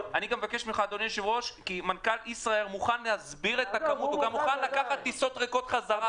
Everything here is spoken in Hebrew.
מנכ"ל ישראייר אמר שמוכן לקחת טיסות ריקות חזרה.